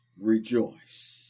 Rejoice